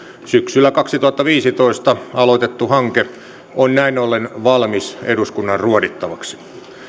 syksyllä kaksituhattaviisitoista aloitettu hanke on näin ollen valmis eduskunnan ruodittavaksi